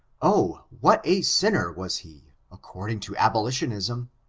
oh, what a sinner was he, according to abolitionism!